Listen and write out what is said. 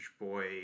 boy